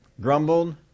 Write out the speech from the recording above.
Grumbled